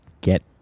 get